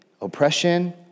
oppression